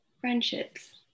friendships